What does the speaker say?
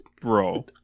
Bro